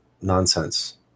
nonsense